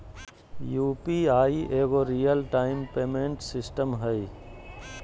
UPI एगो real time payment system हइ